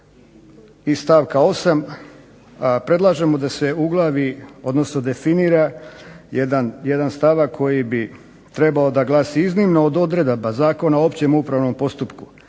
i stavka 8. predlažemo da se uglavi odnosno definira jedan stavak koji bi trebao glasiti: iznimno od odredaba Zakona o općem upravnom postupku,